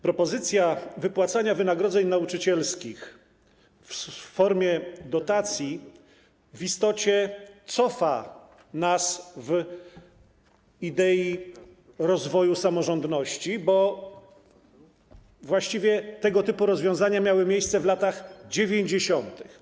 Propozycja wypłacania wynagrodzeń nauczycielskich w formie dotacji w istocie cofa nas w idei rozwoju samorządności, bo właściwie tego typu rozwiązania miały miejsce w latach 90.